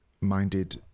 minded